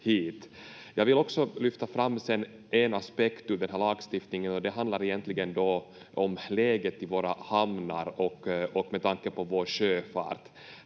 hit. Jag vill sedan också lyfta fram en aspekt ur den här lagstiftningen, och det handlar egentligen om läget i våra hamnar och med tanke på vår sjöfart.